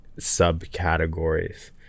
subcategories